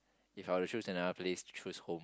if I were to choose another place to choose home